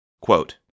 Quote